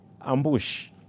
ambush